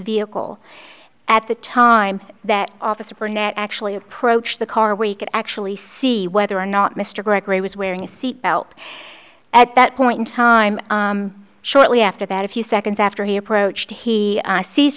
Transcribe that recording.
vehicle at the time that officer burnett actually approached the car we could actually see whether or not mr gregory was wearing a seat belt at that point in time shortly after that a few seconds after he approached he sees